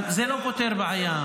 אבל זה לא פותר בעיה.